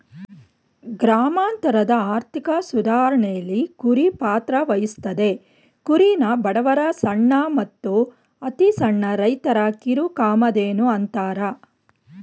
ಗ್ರಾಮಾಂತರದ ಆರ್ಥಿಕ ಸುಧಾರಣೆಲಿ ಕುರಿ ಪಾತ್ರವಹಿಸ್ತದೆ ಕುರಿನ ಬಡವರ ಸಣ್ಣ ಮತ್ತು ಅತಿಸಣ್ಣ ರೈತರ ಕಿರುಕಾಮಧೇನು ಅಂತಾರೆ